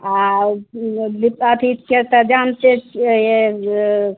आ दीपा अथि छै तऽ जानते छियै